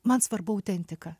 man svarbu autentika